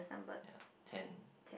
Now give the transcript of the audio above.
ya ten